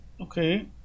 Okay